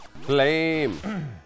Flame